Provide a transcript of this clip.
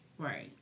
Right